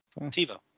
TiVo